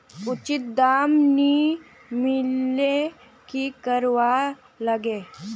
उचित दाम नि मिलले की करवार लगे?